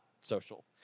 social